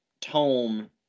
tome